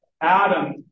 Adam